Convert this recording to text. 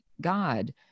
God